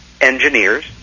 engineers